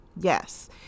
Yes